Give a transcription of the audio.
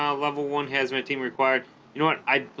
um level one hazmat team required you know what i'm